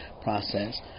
process